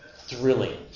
Thrilling